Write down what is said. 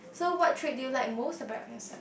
so what trait do you like most about yourself